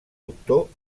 doctor